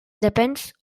depends